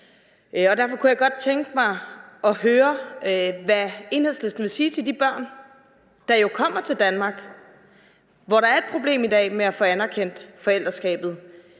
Derfor kunne jeg god tænke mig at høre, hvad Enhedslisten vil sige til de børn, der jo kommer til Danmark, hvor der i dag er et problem med at få anerkende forældreskabet.